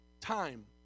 time